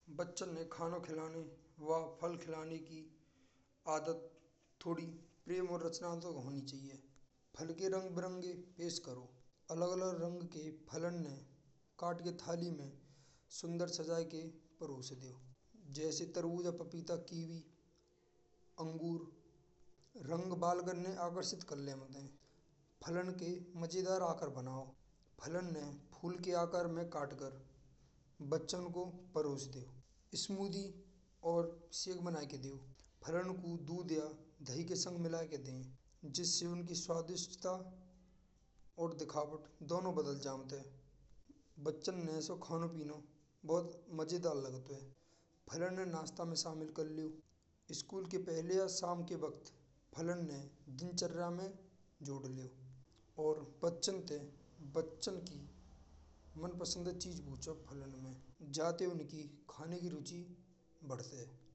बच्चों ने खाना खिलाएन वह फल खिलाएन की आदत थोड़ी प्रेम और रचनात्मक होनी चाहिये। हलके रंग बिरंगी पेश करो। अलग-अलग रंग के फलान ने काट के थाली में सुंदर सजा के परोस देओ। जय से तरबूजा पपीता कीवी अंगूर रंगबिरंग करने आकर्षित करने के मजेदार आकार बनाओ। फलान ने फूल के आकार में काटकर बच्चों को परोसते हो इस मौड़ी और मन कर दो हरण को दूध या दही के संग मिलाए। कहते हैं जिनकी उनकी स्वादिष्टता और दिखावत दोनों बदल जमत हाय। बच्चन मा ऐसो खाना पीना बहुत मजेदार लगते हैं। फालन को नाश्ता में शामिल कर लियो। स्कूल के पहले या शाम के वक्त फलान को दिनचर्या में जोड़ लिओ। और बच्चन ते बच्चन की मनपसंद चीज़े पूछो खाने की। जै से उनमें खाने की रुचि बढ़त हू।